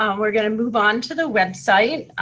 um we're gonna move on to the website.